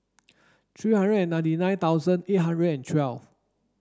three hundred and ninety nine thousand eight hundred and twelve